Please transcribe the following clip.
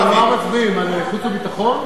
על מה מצביעים, על חוץ וביטחון?